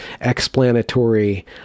explanatory